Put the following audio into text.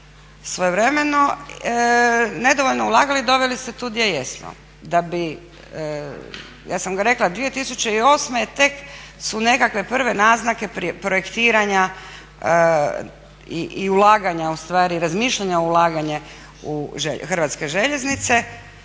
svojevremeno, nedovoljno ulagali i doveli se tu gdje jesmo. Ja sam rekla 2008. tek su nekakve prve naznake projektiranja i ulaganja ustvari, razmišljanja o ulaganju u Hrvatske željeznice.